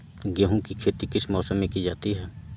गेहूँ की खेती किस मौसम में की जाती है?